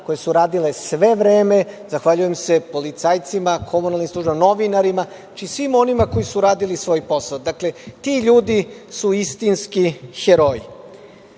koje su radile sve vreme, zahvaljujem se policajcima, komunalnim službama, novinarima, svim onima koji su radili svoj posao. Dakle, ti ljudi su istinski heroji. Danas,